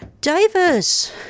Davis